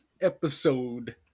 episode